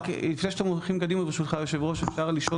רק לפני שאתם הולכים קדימה,